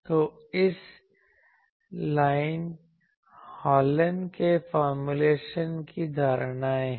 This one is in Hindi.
तो इस हॉलन के फॉर्मूलेशन की धारणाएँ हैं